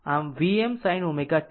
આમ Vm sin ω t